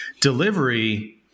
delivery